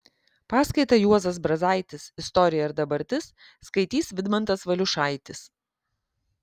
paskaitą juozas brazaitis istorija ir dabartis skaitys vidmantas valiušaitis